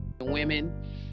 women